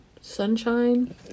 Sunshine